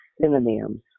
synonyms